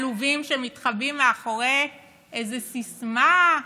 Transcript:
עלובים, שמתחבאים מאחורי איזו סיסמה: